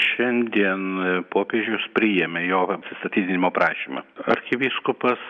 šiandien popiežius priėmė jo atsistatydinimo prašymą arkivyskupas